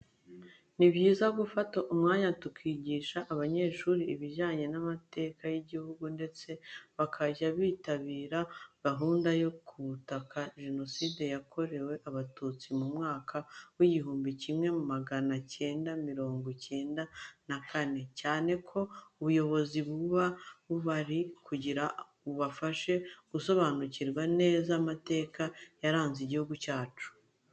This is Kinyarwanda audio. Ni byiza gufata umwanya tukigisha abanyeshuri ibijyanye n'amateka y'igihugu ndetse bakajya bitabira gahunda zo kwibuka Jenoside Yakorewe Abatutsi mu mwaka w'igihumbi kimwe magana cyenda mirongo icyenda na kane, cyane ko ubuyobozi buba buhari kugira bubafashe gusobanukirwa neza amateka yaranze igihugu cyacu.